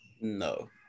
No